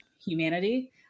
humanity